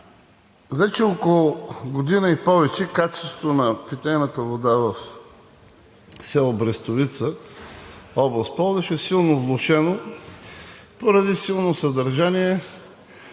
вече около година и повече качеството на питейната вода в село Брестовица, област Пловдив, е силно влошено поради силно съдържание